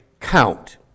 count